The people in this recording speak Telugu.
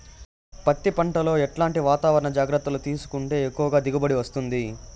పత్తి పంట లో ఎట్లాంటి వాతావరణ జాగ్రత్తలు తీసుకుంటే ఎక్కువగా దిగుబడి వస్తుంది?